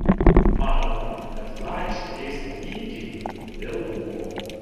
manoma kad tragiški eismo įvykiai nutiko dėl rūko